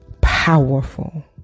powerful